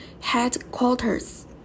headquarters